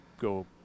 go